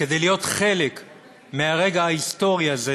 כדי להיות חלק מהרגע ההיסטורי הזה,